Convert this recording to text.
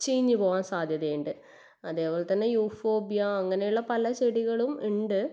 ചീഞ്ഞു പോവാൻ സാധ്യത ഉണ്ട് അതേപോലെ തന്നെ യൂഫോബിയ അങ്ങനെയുള്ള പല ചെടികളും ഉണ്ട്